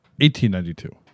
1892